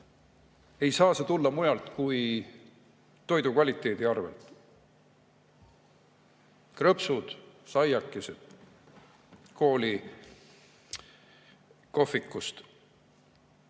ei saa see tulla muul moel kui toidu kvaliteedi arvel. Krõpsud ja saiakesed kooli kohvikust.